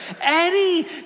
Eddie